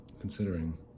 Considering